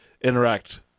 interact